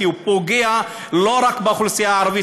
כי הוא פוגע לא רק באוכלוסייה הערבית